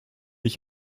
ich